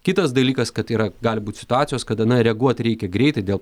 kitas dalykas kad yra gal būt situacijos kad na reaguot reikia greitai dėl